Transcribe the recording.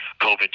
COVID